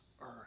earth